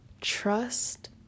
trust